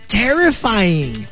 terrifying